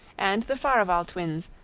and the farival twins,